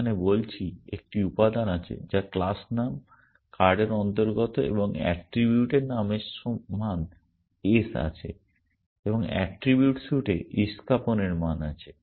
এখানে আমি বলছি একটি উপাদান আছে যা ক্লাস নাম কার্ডের অন্তর্গত এবং অ্যাট্রিবিউটের নামের মান ace আছে এবং অ্যাট্রিবিউট স্যুটে ইশ্কাপন্ এর মান আছে